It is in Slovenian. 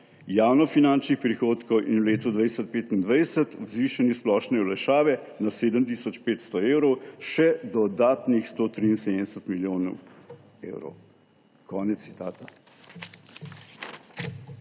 javnofinančnih prihodkov in v letu 2025 ob zvišanju splošne olajšave na 7 tisoč 500 evrov še dodatnih 173 milijonov evrov.« Konec citata.